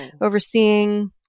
overseeing